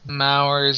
mowers